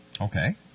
Okay